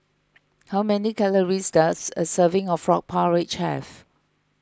how many calories does a serving of Frog Porridge have